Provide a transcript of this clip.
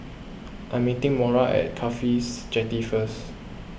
I am meeting Mora at Cafhi Jetty first